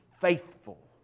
faithful